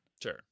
Sure